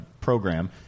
program